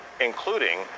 including